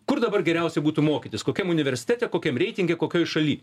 kur dabar geriausia būtų mokytis kokiam universitete kokiam reitinge kokioj šaly